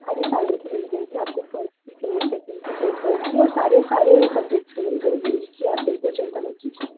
सारे सालों की मिल जाएगी आपको फर्स्ट की चाहिए सेकेंड की चाहिए थर्ड की और सारे सारे सब्जेक्ट्स की मिल जाएंगी उसकी आप बिल्कुल भी चिंता मत कीजिए